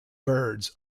birds